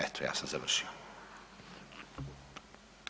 Eto ja sam završio.